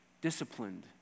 disciplined